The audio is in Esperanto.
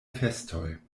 festoj